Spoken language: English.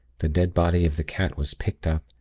the dead body of the cat was picked up,